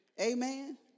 Amen